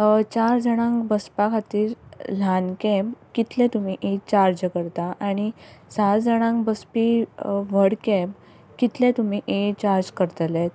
चार जाणांक बसपा खातीर ल्हान कॅब कितले तुमी चार्ज करता आनी सहा जाणांक बसपी व्हड कॅब कितले तुमी चार्ज करतले